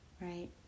right